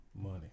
money